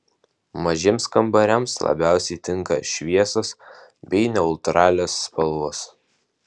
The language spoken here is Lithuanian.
mažiems kambariams labiausiai tinka šviesios bei neutralios spalvos